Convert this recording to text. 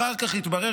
אחר כך התברר,